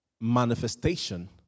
manifestation